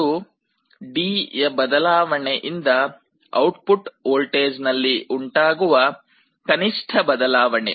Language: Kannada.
ಇದು D ಯ ಬದಲಾವಣೆಯಿಂದ ಔಟ್ಪುಟ್ ವೋಲ್ಟೇಜ್ ನಲ್ಲಿ ಉಂಟಾಗುವ ಕನಿಷ್ಠ ಬದಲಾವಣೆ